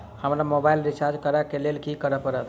हमरा mobile recharge करऽ केँ लेल की करऽ पड़त?